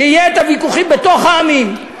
שיהיו הוויכוחים בתוך העמים.